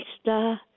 star